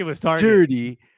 dirty